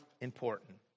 important